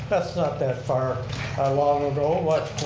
that's not that far long ago, what,